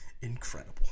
incredible